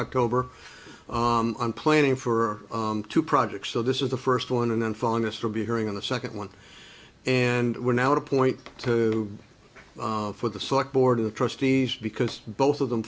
october and planning for two projects so this is the first one and then following this will be a hearing on the second one and we're now at a point to do for the select board of trustees because both of them